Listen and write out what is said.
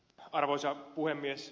arvoisa puhemies